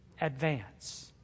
advance